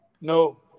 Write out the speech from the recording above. No